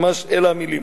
ממש אלה המלים.